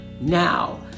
now